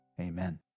Amen